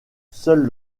seul